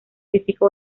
física